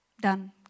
Done